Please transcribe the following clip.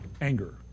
Anger